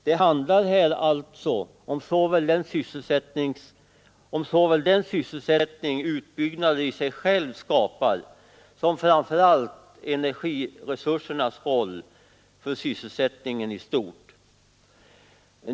Det handlar här alltså om såväl den sysselsättning utbyggnader i sig själva skapar som — och framför allt — om energiresursernas roll för sysselsättningen i stort.